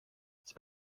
c’est